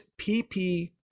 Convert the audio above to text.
PP